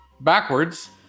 backwards